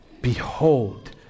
Behold